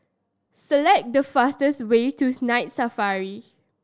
select the fastest way to Night Safari